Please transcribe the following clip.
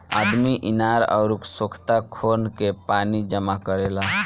आदमी इनार अउर सोख्ता खोन के पानी जमा करेला